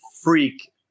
freak